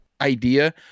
idea